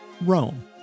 Rome